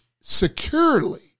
securely